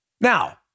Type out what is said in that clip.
Now